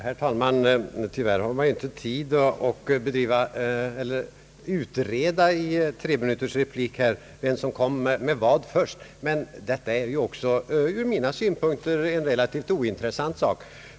Herr talman! Tyvärr har man inte tid att i en treminutersreplik utreda vem som kom med vad först, men detta är också ur mina synpunkter en relativt ointressant sak.